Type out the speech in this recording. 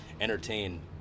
entertain